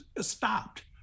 stopped